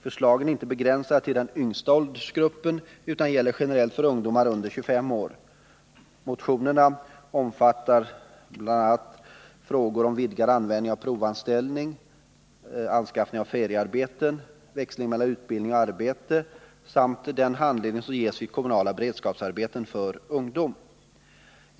Förslagen är inte begränsade till den yngsta åldersgruppen utan gäller generellt för ungdomar under 25 år. Motionerna omfattar bl.a. frågor om vidgad användning av provanställning, anskaffning av feriearbeten, växling mellan utbildning och arbete samt den handledning som ges vid kommunala beredskapsarbeten för ungdom.